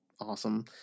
awesome